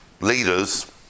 leaders